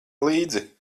līdzi